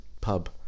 pub